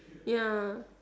ya